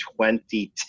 2010